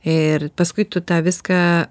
ir paskui tu tą viską